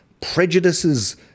prejudices